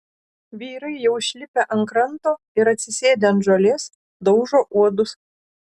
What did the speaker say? vyrai jau išlipę ant kranto ir atsisėdę ant žolės daužo uodus